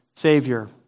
Savior